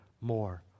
more